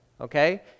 Okay